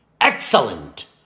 excellent